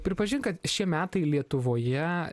pripažink kad šie metai lietuvoje